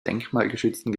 denkmalgeschützten